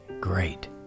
Great